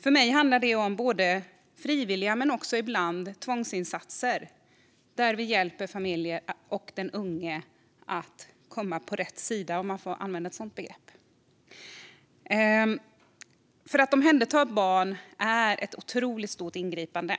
För mig handlar det om både frivilliga insatser och ibland tvångsinsatser, där vi hjälper familjer och den unge att komma på rätt sida, om jag får använda ett sådant uttryck. Att omhänderta ett barn är ett otroligt stort ingripande.